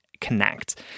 connect